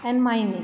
and mining